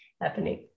happening